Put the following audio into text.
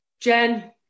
Jen